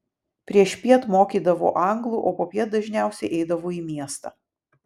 priešpiet mokydavo anglų o popiet dažniausiai eidavo į miestą